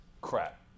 Crap